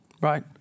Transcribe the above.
right